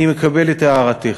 אני מקבל את הערתך.